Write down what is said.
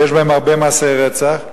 יש בהן הרבה מעשי רצח,